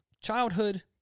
Childhood